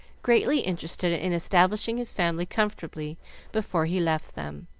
greatly interested in establishing his family comfortably before he left them.